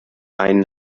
einen